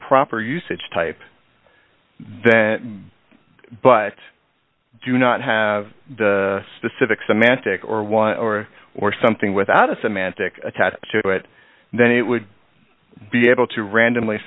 proper usage type then but do not have the specific semantic or one or or something without a semantic attached to it then it would be able to randomly